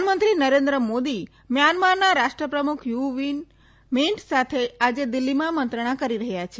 પ્રધાનમંત્રી નરેન્દ્ર મોદી મ્યાનમારના રાષ્ટ્રપ્રમુખ યુવીન મીંટ સાથે આજે દિલ્હીમાં મંત્રણા કરી રહ્યા છે